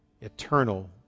eternal